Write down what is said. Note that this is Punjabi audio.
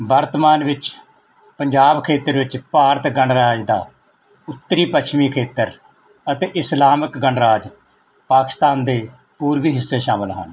ਵਰਤਮਾਨ ਵਿੱਚ ਪੰਜਾਬ ਖੇਤਰ ਵਿੱਚ ਭਾਰਤ ਗਣਰਾਜ ਦਾ ਉੱਤਰੀ ਪੱਛਮੀ ਖੇਤਰ ਅਤੇ ਇਸਲਾਮਿਕ ਗਣਰਾਜ ਪਾਕਿਸਤਾਨ ਦੇ ਪੂਰਵੀ ਹਿੱਸੇ ਸ਼ਾਮਿਲ ਹਨ